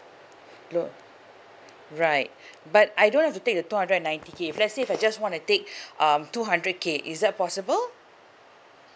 r~ right but I don't have to take the two hundred and ninety K if let's say if I just wanna take um two hundred K is that possible